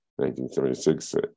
1976